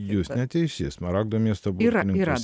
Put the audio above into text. jūs neteisi smaragdo miesto burtai